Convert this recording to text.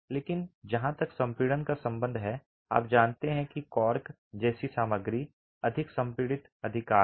लेकिन जहां तक संपीडन का संबंध है आप जानते हैं कि कॉर्क जैसी सामग्री अधिक संपीड़ित अधिकार है